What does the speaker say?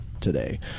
today